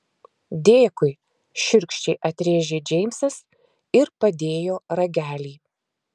dėkui šiurkščiai atrėžė džeimsas ir padėjo ragelį